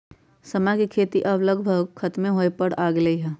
समा के खेती अब लगभग खतमे होय पर आ गेलइ ह